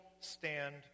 stand